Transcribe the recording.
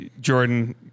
Jordan